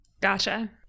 Gotcha